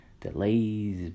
delays